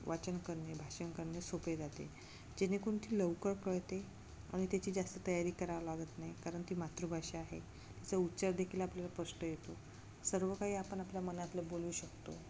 वाचन करणे भाषण करणे सोपे जाते जेणेकरून ती लवकर कळते आणि त्याची जास्त तयारी करावं लागत नाही कारण ती मातृभाषा आहे त्याचा उच्चार देखील आपल्याला स्पष्ट येतो सर्व काही आपण आपल्या मनातलं बोलू शकतो